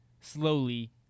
slowly